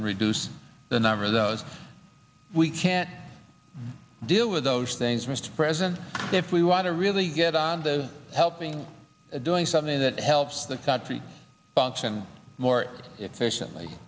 and reduce the number of those we can deal with those things mr president if we want to really get on the helping doing something that helps the country function more efficiently